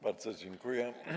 Bardzo dziękuję.